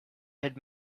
had